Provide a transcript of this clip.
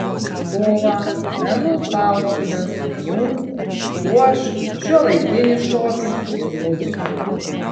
kovą menų spaustuvės meniu puoš šiuolaikinis šokis ir muzika